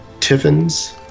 Tiffin's